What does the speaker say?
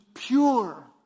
Pure